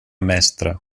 mestra